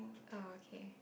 oh okay